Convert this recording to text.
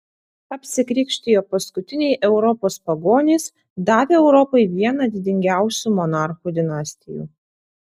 apsikrikštijo paskutiniai europos pagonys davę europai vieną didingiausių monarchų dinastijų